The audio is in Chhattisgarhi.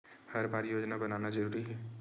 हर बार योजना बनाना जरूरी है?